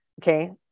okay